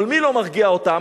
אבל מי לא מרגיע אותם?